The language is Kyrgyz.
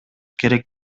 керек